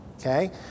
okay